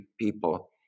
people